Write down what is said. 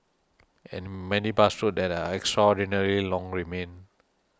and many bus routes that are extraordinarily long remain